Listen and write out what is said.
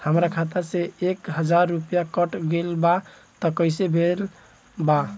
हमार खाता से एक हजार रुपया कट गेल बा त कइसे भेल बा?